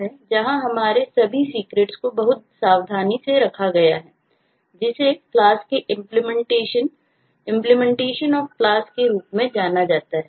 हम अब क्लास के रूप में जाना जाता है